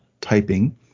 typing